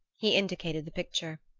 he indicated the picture.